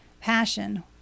Passion